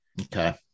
Okay